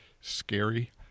scary